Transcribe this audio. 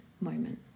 moment